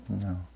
No